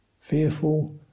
fearful